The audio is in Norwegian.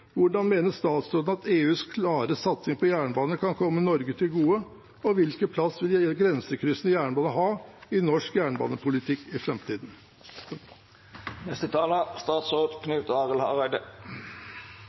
Hvordan mener statsråden at EUs klare satsing på jernbane kan komme Norge til gode, og hvilken plass vil grensekryssende jernbane ha i norsk jernbanepolitikk i